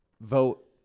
vote